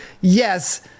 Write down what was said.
yes